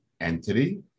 entity